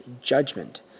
judgment